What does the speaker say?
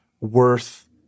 worth